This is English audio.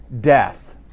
death